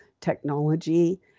technology